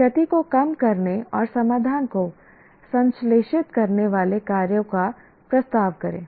क्षति को कम करने और समाधान को संश्लेषित करने वाले कार्यों का प्रस्ताव करें